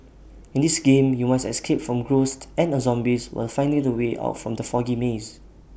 in this game you must escape from ghosts and the zombies while finding the way out from the foggy maze